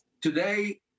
today